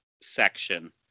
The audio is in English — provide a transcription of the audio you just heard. section